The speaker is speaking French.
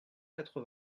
quatre